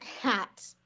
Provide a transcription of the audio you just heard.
hat